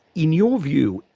in your view,